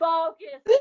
Focus